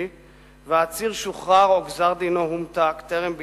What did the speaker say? והעציר שוחרר או גזר-דינו הומתק טרם ביצועו,